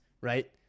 right